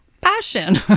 passion